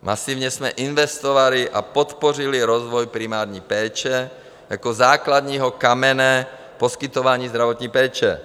Masivně jsme investovali a podpořili rozvoj primární péče jako základního kamene poskytování zdravotní péče.